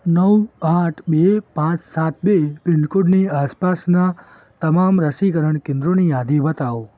નવ આઠ બે પાંચ સાત બે પિનકોડની આસપાસનાં તમામ રસીકરણ કેન્દ્રોની યાદી બતાવો